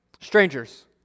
Strangers